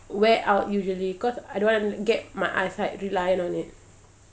wear out usually cause I don't want to get my eyesight reliant on it